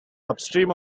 upstream